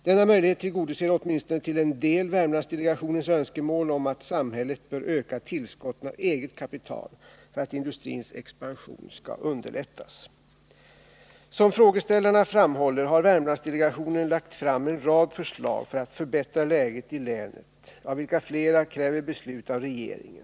Denna möjlighet tillgodoser åtminstone till en del Värmlandsdelegationens önskemål om att samhället bör öka tillskotten av eget kapital för att industrins expansion skall underlättas. Som frågeställarna framhåller har Värmlandsdelegationen lagt fram en rad förslag för att förbättra läget i länet, av vilka flera kräver beslut av regeringen.